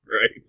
right